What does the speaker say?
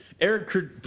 Eric